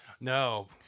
No